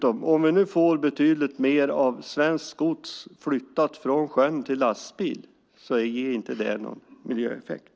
Om vi dessutom får betydligt mer av svenskt gods flyttat från sjön till lastbil ger det inte någon miljöeffekt.